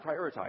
prioritize